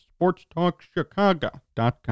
sportstalkchicago.com